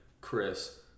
Chris